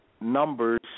numbers